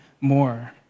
more